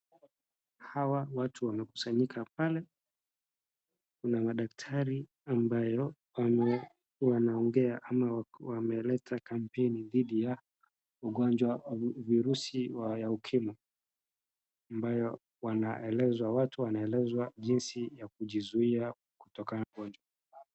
Hawa watu wamekusanyika pale. Kuna madaktari ambayo wanaongea ama wameleta kampeni dhidi ya ugonjwa wa virusi wa Ukimwi. Ambayo wanaelezwa, watu wanaelezwa jinsi ya kujizuia kutokana na ugonjwa.